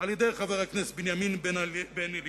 על-ידי חבר הכנסת בנימין בן-אליעזר,